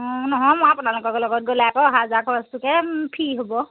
নহয় মই আপোনালোকৰ লগত গ'লে আকৌ অহা যোৱা খৰচটোকে ফী হ'ব